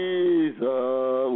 Jesus